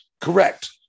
Correct